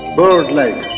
bird-like